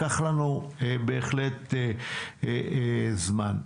לקח לנו בהחלט זמן.